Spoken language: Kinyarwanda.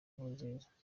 nkurunziza